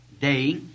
day